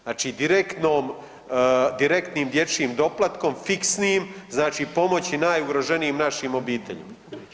Znači direktnom direktnim dječjim doplatkom, fiksnim, znači pomoći najugroženijim našim obiteljima.